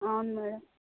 అవును మేడం